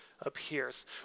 appears